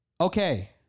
Okay